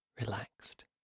relaxed